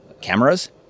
cameras